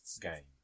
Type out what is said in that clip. game